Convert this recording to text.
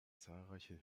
zahlreiche